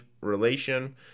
relation